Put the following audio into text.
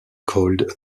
called